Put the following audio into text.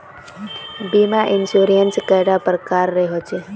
बीमा इंश्योरेंस कैडा प्रकारेर रेर होचे